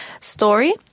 Story